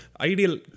ideal